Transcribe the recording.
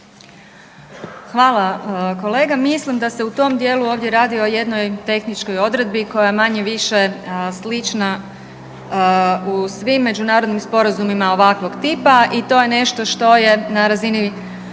Hvala kolega. Mislim da se u tom dijelu ovdje radi o jednoj tehničkoj odredbi koja je manje-više slična u svim međunarodnim sporazumima ovakvog tipa i to je nešto što je na razini